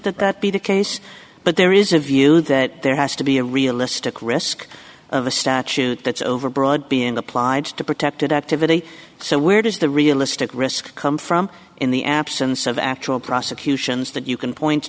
that that be the case but there is a view that there has to be a realistic risk of a statute that's over broad being applied to protected activity so where does the realistic risk come from in the absence of actual prosecutions that you can point